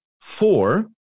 four